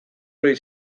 hori